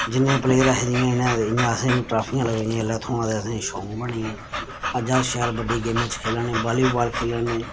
जिन्ने प्लेयर अहें जि'यां इ'यां असें बी ट्राफियां लग्गी पेइयां जेल्लै थ्होन ते असेंगी शौंक बनी गेआ अज्ज अस शैल बड्डी गेमें च खेला ने वाली बाल खेला ने